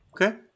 Okay